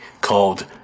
called